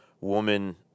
woman